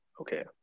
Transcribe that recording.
okay